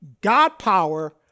God-power